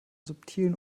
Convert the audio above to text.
subtilen